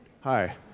Hi